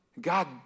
God